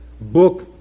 book